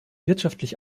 wirtschaftlich